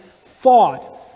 thought